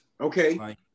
Okay